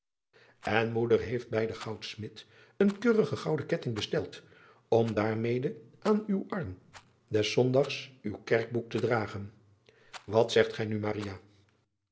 n moeder heeft bij den goudsmid een keurigen gouden ketting besteld om daarmede aan uw arm des ondags uw kerkboek te dragen at zegt gij nu